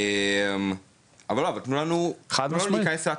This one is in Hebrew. אבל אני מבקש רק שתתנו לנו להיכנס אולי